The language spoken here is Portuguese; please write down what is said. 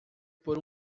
por